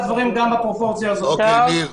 בסדר.